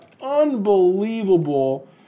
unbelievable